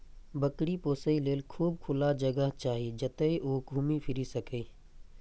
बकरी पोसय लेल खूब खुला जगह चाही, जतय ओ घूमि फीरि सकय